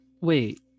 Wait